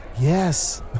Yes